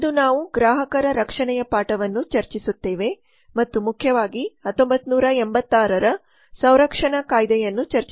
ಇಂದು ನಾವು ಗ್ರಾಹಕರ ರಕ್ಷಣೆಯ ಪಾಠವನ್ನು ಚರ್ಚಿಸುತ್ತೇವೆ ಮತ್ತು ಮುಖ್ಯವಾಗಿ1986 ರ ಸಂರಕ್ಷಣಾ ಸಂರಕ್ಷಣಾ ಕಾಯ್ದೆಯನ್ನು ಚರ್ಚಿಸುತ್ತೇವೆ